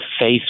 face